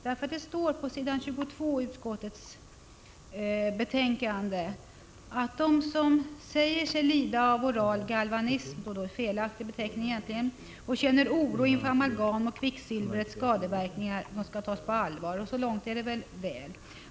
Det står nämligen på s. 22 i utskottsbetänkandet att de som säger sig lida av oral galvanism — det är egentligen en felaktig beteckning — och känner oro inför amalgam och kvicksilvrets skadeverkningar skall tas på allvar. Så långt är det väl.